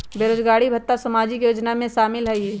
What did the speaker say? बेरोजगारी भत्ता सामाजिक योजना में शामिल ह ई?